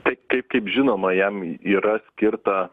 tai kaip žinoma jam yra skirta